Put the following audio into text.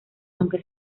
aunque